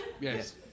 Yes